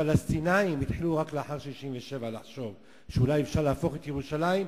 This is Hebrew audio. הפלסטינים התחילו רק לאחר 1967 לחשוב שאולי אפשר להפוך את ירושלים,